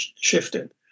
shifted